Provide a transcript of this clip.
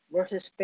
Versus